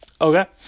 Okay